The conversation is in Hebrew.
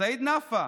סעיד נפאע.